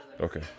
Okay